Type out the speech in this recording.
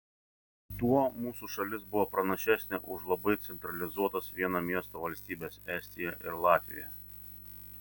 tuo mūsų šalis buvo pranašesnė už labai centralizuotas vieno miesto valstybes estiją ir latviją